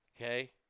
okay